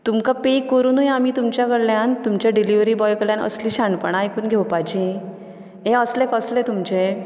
तुमकां पे करुनूय आमी तुमच्या कडल्यान तुमच्या डिलीवरी बॉय कडल्यान असली असली शाणपणां आयकून घेवपाची हे असले कसले तुमचे